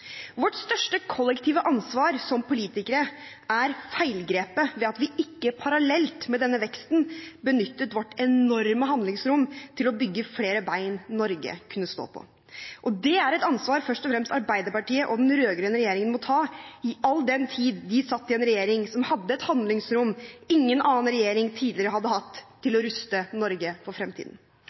Vårt største kollektive ansvar som politikere er feilgrepet at vi ikke parallelt med denne veksten benyttet vårt enorme handlingsrom til å bygge flere bein som Norge kunne stå på. Og det er et ansvar først og fremst Arbeiderpartiet og den rød-grønne regjeringen må ta, all den tid de satt i en regjering som hadde et handlingsrom ingen annen regjering tidligere hadde hatt til å ruste Norge for fremtiden.